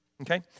okay